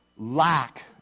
lack